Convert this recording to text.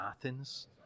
Athens